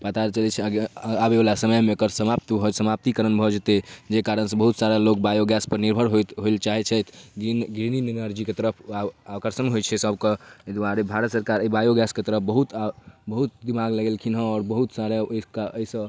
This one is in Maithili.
पता चलै छै आबैवला समयमे एकर समाप्त भऽ समाप्तिकरण भऽ जेतै जाहि कारणसँ बहुत सारा लोक बायोगैसपर निर्भर होइत होइलए चाहैत छथि जेनुइन एनर्जीके तरफ आओर आकर्षण होइ छै सबके एहि दुआरे भारत सरकार एहि बायोगैसके तरफ बहुत आओर बहुत दिमाग लगेलखिन हँ आओर बहुत सारा ओहिके एहिसँ